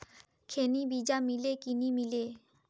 खैनी बिजा मिले कि नी मिले?